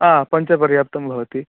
पञ्चपर्याप्तं भवति